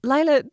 Lila